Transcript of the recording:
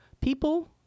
People